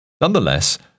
Nonetheless